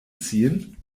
ziehen